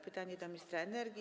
Pytanie do ministra energii.